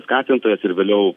skatintojas ir vėliau